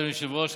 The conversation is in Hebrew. אדוני היושב-ראש,